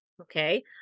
Okay